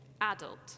adult